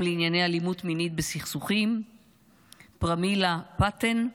לענייני אלימות מינית בסכסוכים פרמילה פאטן,